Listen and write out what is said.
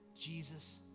Jesus